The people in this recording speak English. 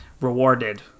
rewarded